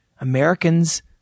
Americans